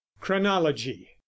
chronology